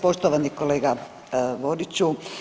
Poštovani kolega Boriću.